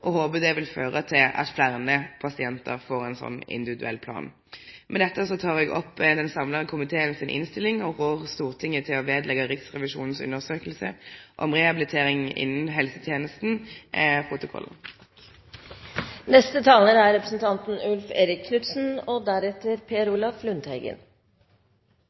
og håper det vil føre til at fleire pasientar får ein individuell plan. Med dette anbefaler eg innstillinga frå ein samla komité, og rår Stortinget til at Riksrevisjonens undersøking om rehabilitering innan